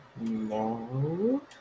No